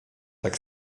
tak